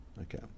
okay